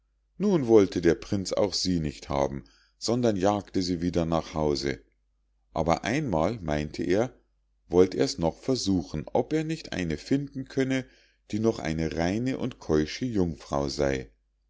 nun wollte der prinz auch sie nicht haben sondern jagte sie wieder aus dem hause aber einmal meinte er wollt er's noch versuchen ob er nicht eine finden könne die noch eine reine und keusche jungfrau sei